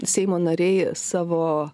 seimo nariai savo